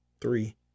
three